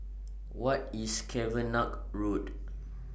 What IS Cavenagh Road